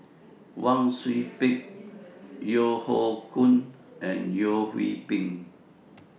Wang Sui Pick Yeo Hoe Koon and Yeo Hwee Bin